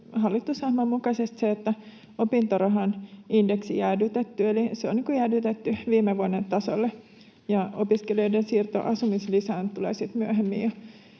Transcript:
hallitusohjelman mukaisesti se, että opintoraha on indeksijäädytetty, eli se on jäädytetty viime vuoden tasolle, ja opiskelijoiden siirto asumislisään tulee sitten myöhemmin.